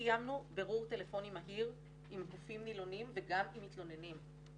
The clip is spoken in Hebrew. קיימנו בירור טלפוני מהיר עם גופים נילונים וגם עם מתלוננים,